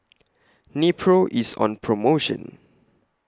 Nepro IS on promotion